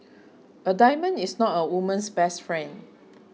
a diamond is not a woman's best friend